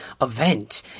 event